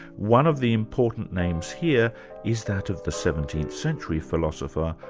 one of the important names here is that of the seventeenth century philosopher,